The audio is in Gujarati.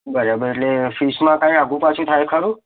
બરાબર એટલે ફીસમાં કંઈ આઘુપાછું થાય ખરું